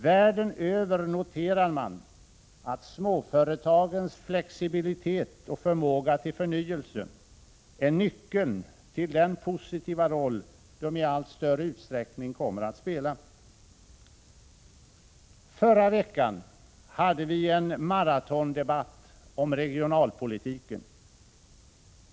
Världen över noterar man att småföretagens flexibilitet och förmåga till förnyelse är nyckeln till den positiva roll de i allt större utsträckning kommer att spela. Förra veckan hade vi en maratondebatt om regionalpolitiken.